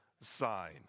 sign